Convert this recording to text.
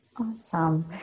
Awesome